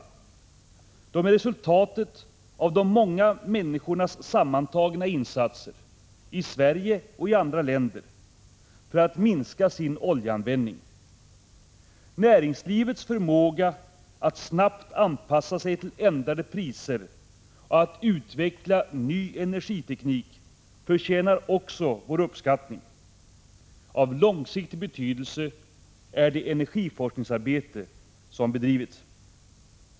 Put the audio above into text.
De är resultatet av de många människornas sammantagna insatser — i Sverige och i andra länder — för att minska sin oljeanvändning. Näringslivets förmåga att snabbt anpassa sig till ändrade priser och att utveckla ny energiteknik förtjänar också vår uppskattning. Av långsiktig betydelse är det energiforskningsarbete som bedrivits.